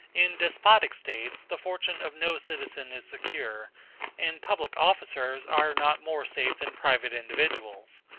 in despotic states the fortune of no citizen is secure and public officers are not more safe than private individuals.